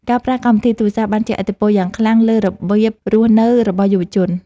ការប្រើកម្មវិធីទូរសព្ទ បានជះឥទ្ធិពលយ៉ាងខ្លាំងលើរបៀបរស់នៅរបស់យុវជន។